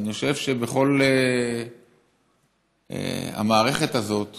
ואני חושב שבכל המערכת הזאת